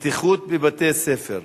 בטיחות בבתי-ספר.